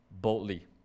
boldly